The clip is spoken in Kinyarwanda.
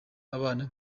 abana